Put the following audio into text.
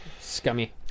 Scummy